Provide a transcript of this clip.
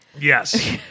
Yes